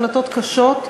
החלטות קשות.